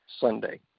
Sunday